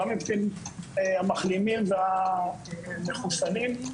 גם מבחינת המחלימים ומחוסנים,